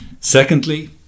Secondly